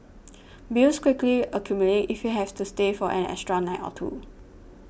bills quickly accumulate if you have to stay for an extra night or two